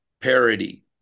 parody